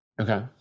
okay